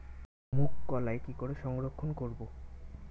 মুঘ কলাই কি করে সংরক্ষণ করব?